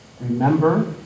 remember